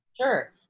Sure